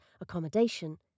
accommodation